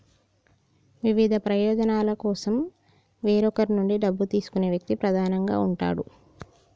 వివిధ ప్రయోజనాల కోసం వేరొకరి నుండి డబ్బు తీసుకునే వ్యక్తి ప్రధానంగా ఉంటాడు